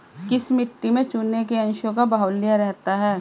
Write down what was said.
किस मिट्टी में चूने के अंशों का बाहुल्य रहता है?